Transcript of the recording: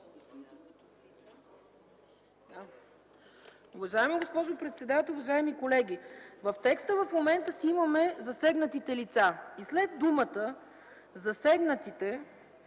Уважаема госпожо председател, уважаеми колеги, в момента в текста си имаме „засегнатите лица”. След думата „засегнатите”